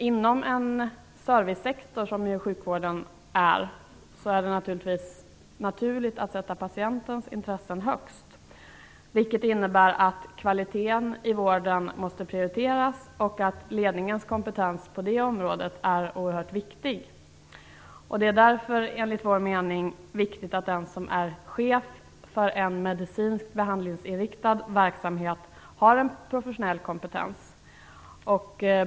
Inom en servicesektor, som ju sjukvården är, är det givetvis naturligt att sätta patientens intressen främst. Det innebär att kvaliteten i vården måste prioriteras och att ledningens kompetens på det området är oerhört viktig. Det är därför enligt vår mening viktigt att den som är chef för en medicinskt behandlingsinriktad verksamhet har en professionell kompetens.